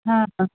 ಹಾಂ ಮ್ಯಾಮ್